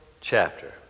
chapter